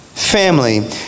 Family